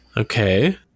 Okay